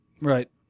Right